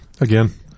Again